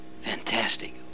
fantastic